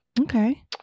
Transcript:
Okay